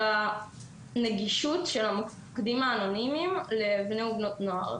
הנגישות של המוקדים האנונימיים לבני הנוער.